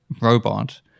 robot